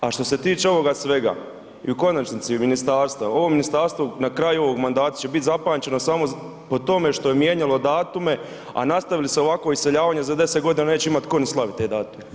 A što se tiče ovoga sve i u konačnici ministarstva, ovo ministarstvo na kraju ovoga mandata će biti zapamćeno samo po tome što je mijenjalo datume, a nastavi li se ovakvo iseljavanje za 10 godina neće imati tko ni slaviti te datume.